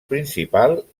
principal